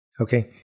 Okay